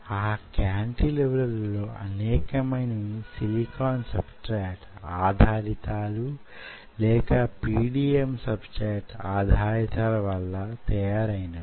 ఈ కాంటీలివర్ ల లో అనేకమైనవి సిలికన్ సబ్స్ట్రాట్ ఆధారితాలు లేక pdml సబ్స్ట్రాట్ ఆధారితాలు వలన తయారైనవి